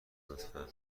لطفا